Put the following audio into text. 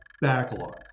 backlog